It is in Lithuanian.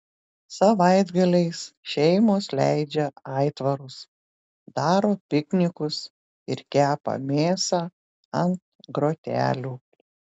savaitgaliais šeimos leidžia aitvarus daro piknikus ir kepa mėsą ant grotelių